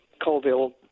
Colville